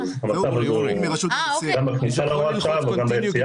אז המצב אמור להיות -- גם בכניסה להוראת השעה וגם ביציאה,